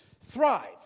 thrive